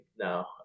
no